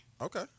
Okay